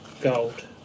gold